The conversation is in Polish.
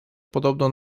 podobno